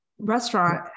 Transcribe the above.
restaurant